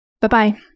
Bye-bye